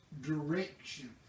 direction